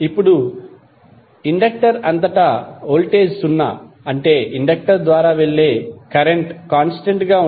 ఇప్పుడు ఇండక్టర్ అంతటా వోల్టేజ్ సున్నా అంటే ఇండక్టర్ ద్వారా వెళ్ళే కరెంట్ కాంస్టెంట్ గా ఉంటుంది